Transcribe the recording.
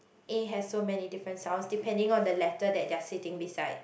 A has so many different sounds depending on the letter that they are sitting beside